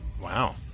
Wow